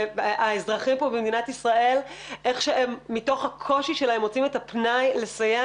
והאזרחים במדינת ישראל איך שהם מתוך הקושי שלהם מוצאים את הפנאי לסייע,